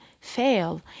fail